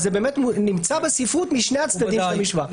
זה באמת נמצא בספרות משני הצדדים במשוואה.